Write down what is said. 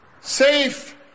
safe